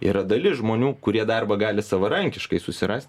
yra dalis žmonių kurie darbą gali savarankiškai susirast